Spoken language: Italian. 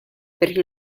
perché